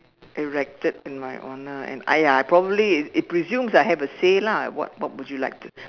erected in my honour and !aiya! I probably it presumes I have a say lah at what what would you like to